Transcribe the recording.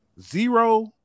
zero